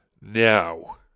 Now